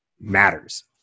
matters